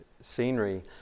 scenery